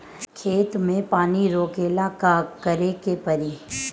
खेत मे पानी रोकेला का करे के परी?